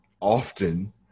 often